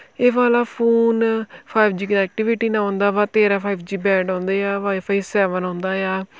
ਇਹ ਵਾਲਾ phone five G connectivity ਨਾਲ ਆਉਂਦਾ ਵਾ ਤੇਰਾਂ ਫਾਈਵ ਜੀ ਬੈਂਡ ਆਉਂਦੇ ਆ ਵਾਈਫਾਈ ਸੈਵਨ ਆਉਂਦਾ ਆ